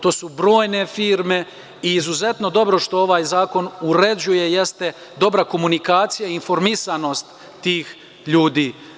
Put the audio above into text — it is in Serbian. To su brojne firme i izuzetno je dobro što ovaj zakon uređuje, jeste dobra komunikacija i informisanost tih ljudi.